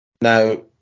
Now